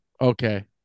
Okay